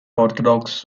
orthodox